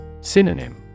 Synonym